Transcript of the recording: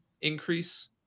increase